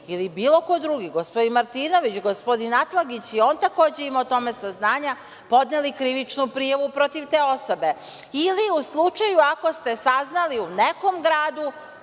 ili bilo ko drugi, gospodin Martinović, gospodin Atlagić i on takođe ima o tome saznanja, podneli krivičnu prijavu protiv te osobe, ili u slučaju ako ste saznali u nekom gradu,